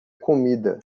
comida